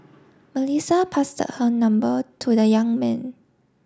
Melissa passed her number to the young man